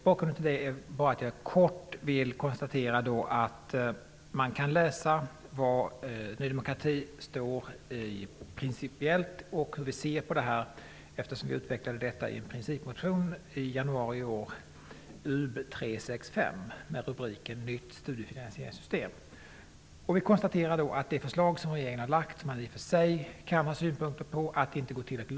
Jag vill kort konstatera att man kan läsa var Ny demokrati står principiellt och hur vi ser på den här frågan, eftersom vi utvecklade detta i en principmotion i januari i år, Ub365 med rubriken Vi konstaterade att det finns en stor samstämmighet om det förslag som regeringen har lagt fram. Det har den här korta debatten visat.